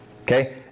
okay